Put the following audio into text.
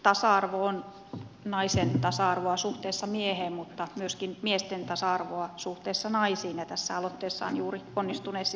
tasa arvo on naisen tasa arvoa suhteessa mieheen mutta myöskin miesten tasa arvoa suhteessa naisiin ja tässä aloitteessa on juuri onnistuneesti siitä kysymys